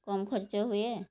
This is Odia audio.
କମ୍ ଖର୍ଚ୍ଚ ହୁଏ